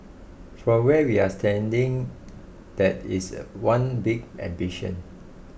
from where we're standing that is a one big ambition